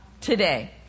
today